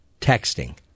texting